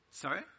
Sorry